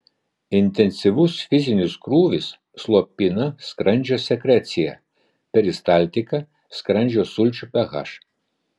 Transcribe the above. intensyvus fizinis krūvis slopina skrandžio sekreciją peristaltiką skrandžio sulčių ph